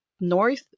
north